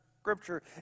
Scripture